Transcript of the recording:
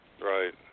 Right